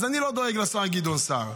אז אני לא דואג לשר גדעון סער.